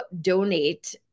donate